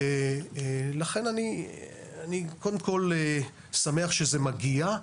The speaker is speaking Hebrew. לכן אני קודם כל שמח שזה מגיע.